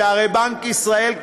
שהרי בנק ישראל,